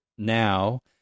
now